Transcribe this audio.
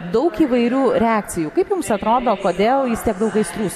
daug įvairių reakcijų kaip jums atrodo kodėl jis tiek daug aistrų